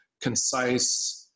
concise